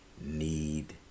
need